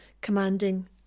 commanding